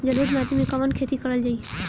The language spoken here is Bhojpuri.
जलोढ़ माटी में कवन खेती करल जाई?